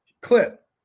clip